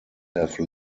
have